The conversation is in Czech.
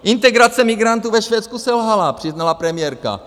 Integrace migrantů ve Švédsku selhala, přiznala premiérka.